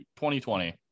2020